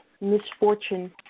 misfortune